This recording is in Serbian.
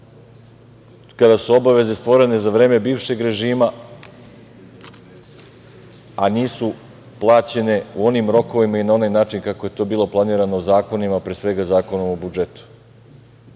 kada su obaveze stvorene za vreme bivšeg režima, a nisu plaćene u onim rokovima i na onaj način kako je to bilo planirano zakonima, pre svega Zakonom o budžetu. Tada